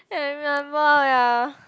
I remember ya